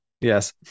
Yes